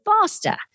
faster